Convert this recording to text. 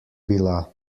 bila